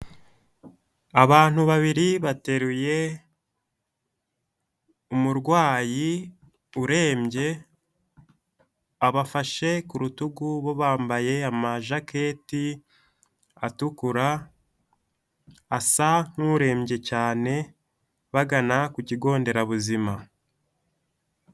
Abantu babiri bateruye umurwayi urembye, abafashe ku rutugu bo bambaye amajaketi atukura. Asa nkurembye cyane bagana ku kigonderabuzima.